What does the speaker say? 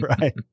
right